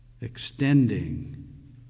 extending